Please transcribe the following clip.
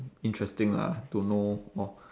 interesting lah to know more